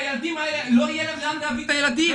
לא יהיה לאן להביא את הילדים.